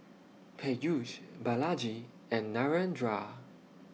Peyush Balaji and Narendra